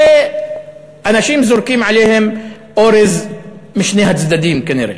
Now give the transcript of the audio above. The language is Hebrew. ואנשים זורקים עליהם אורז משני הצדדים, כנראה.